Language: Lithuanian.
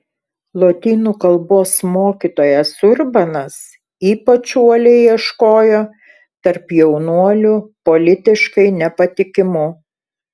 lotynų kalbos mokytojas urbanas ypač uoliai ieškojo tarp jaunuolių politiškai nepatikimų